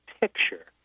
picture